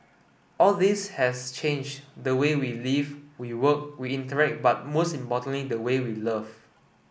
all this has changed the way we live we work we interact but most importantly the way we love